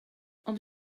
ond